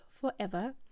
forever